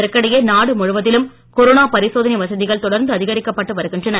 இதற்கிடையே நாடு முழுவதிலும் கொரோனா பரிசோதனை வசதிகள் தொடர்ந்து அதிகரிக்கப்பட்டு வருகின்றன